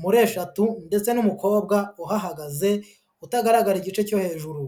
muri eshatu ndetse n'umukobwa uhahagaze utagaragara igice cyo hejuru.